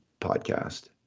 podcast